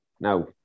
Now